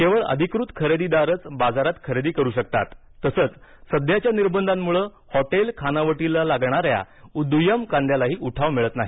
केवळ अधिकृत खरेदीदारच बाजारात खरेदी करू शकतात तसंच सध्याच्या निर्बंधांमुळे हॉटेल खानावळीला लागणाऱ्या दुय्यम कांद्यालाही उठाव मिळत नाही